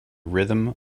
rhythm